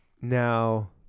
Now